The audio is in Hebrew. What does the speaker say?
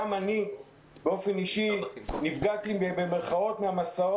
גם אני באופן אישי נפגעתי בשל ביטולי